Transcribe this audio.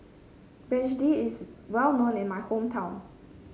begedil is well known in my hometown